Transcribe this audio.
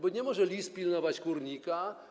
Bo nie może lis pilnować kurnika.